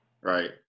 Right